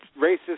racist